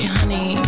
honey